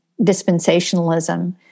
dispensationalism